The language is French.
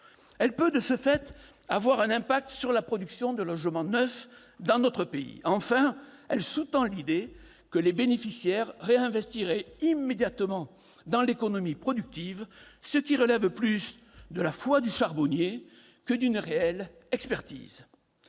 Elle peut, de ce fait, avoir un impact sur la production de logements neufs dans notre pays. Enfin, elle sous-tend l'idée que les bénéficiaires réinvestiraient immédiatement dans l'économie productive, ce qui relève plus de la foi du charbonnier que d'une réelle expertise.